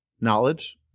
knowledge